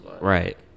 Right